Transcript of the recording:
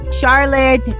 Charlotte